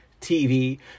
TV